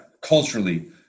culturally